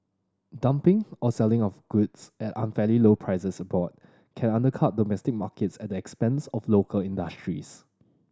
dumping or selling of goods at unfairly low prices abroad can undercut domestic markets at the expense of local industries